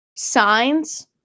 Signs